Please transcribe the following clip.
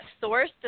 Source